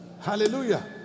Hallelujah